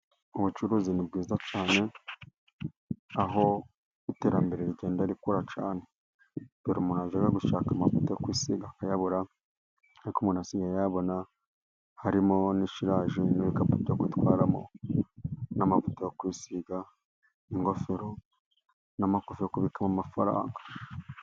Ubucuruzi ni bwiza cyane, aho iterambere rigenda rikura cyane, dore umuntu yajyaga gushaka amavuta yo kwisiga akayabura ariko umuntu asigaye ayabona harimo na siraje, ibikapu byo gutwaramo n'amavuta yo kwisiga, ingofero n'amakofi yo kubikamo amafaranga.